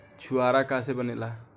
छुआरा का से बनेगा?